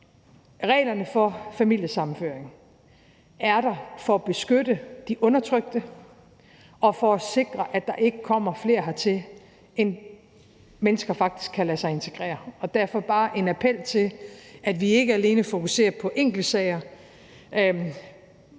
reglerne for familiesammenføring er der for at beskytte de undertrykte og for at sikre, at der ikke kommer flere hertil, end at de mennesker faktisk kan lade sig integrere, og derfor er der bare en appel til, at vi ikke alene fokuserer på enkeltsager,